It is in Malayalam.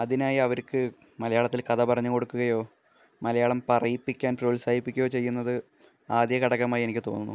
അതിനായി അവര്ക്ക് മലയാളത്തില് കഥ പറഞ്ഞുകൊടുക്കുകയോ മലയാളം പറയിപ്പിക്കാന് പ്രോത്സാഹിപ്പിക്കുകയോ ചെയ്യുന്നത് ആദ്യ ഘടകമായി എനിക്ക് തോന്നുന്നു